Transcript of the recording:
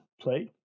play